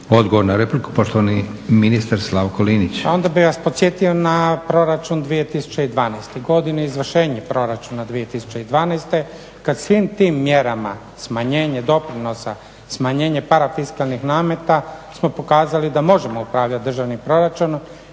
Odgovor na repliku poštovani ministar Slavko Linić. **Linić, Slavko (SDP)** Pa onda bih vas podsjetio na proračun 2012. godine, izvršenje proračuna 2012. kad svim tim mjerama smanjenje doprinosa, smanjenje parafiskalnih nameta smo pokazali da možemo upravljati državnim proračunom